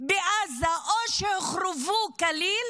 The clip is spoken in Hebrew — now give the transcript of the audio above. בעזה הוחרבו כליל